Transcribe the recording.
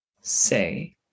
say